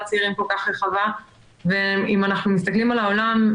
צעירים כל כך רחבה ואם אנחנו מסתכלים על העולם,